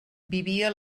vivia